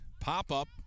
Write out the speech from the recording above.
pop-up